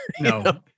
No